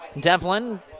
Devlin